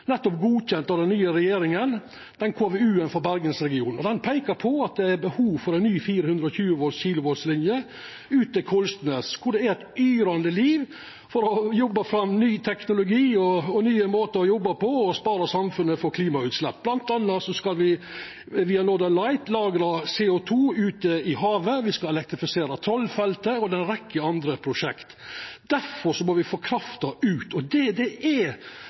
nettopp godkjend av den nye regjeringa – peikar på at det er behov for ei ny 420 kV-linje ut til Kollsnes, der det er eit yrande liv for å jobba fram ny teknologi og nye måtar å jobba på for å spara samfunnet for klimagassutslepp. Blant anna skal me via Northern Lights lagra CO 2 ute i havet, me skal elektrifisera Troll-feltet, og det er ei rekkje andre prosjekt. Difor må me få krafta ut. Det er der me har problema våre, og det er det som er